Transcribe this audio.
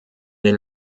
den